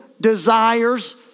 desires